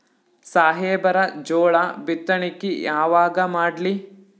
ಸಾಹೇಬರ ಜೋಳ ಬಿತ್ತಣಿಕಿ ಯಾವಾಗ ಮಾಡ್ಲಿ?